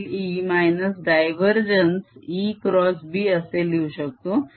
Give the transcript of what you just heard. कर्लE divergence ExB असे लिहू शकतो